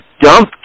dump